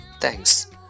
thanks